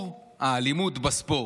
למיגור האלימות בספורט.